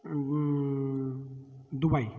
Dubai